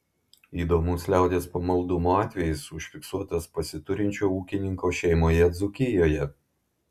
įdomus liaudies pamaldumo atvejis užfiksuotas pasiturinčio ūkininko šeimoje dzūkijoje